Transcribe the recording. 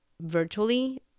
virtually